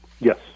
Yes